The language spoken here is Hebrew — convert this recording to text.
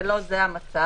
ולא זה המצב,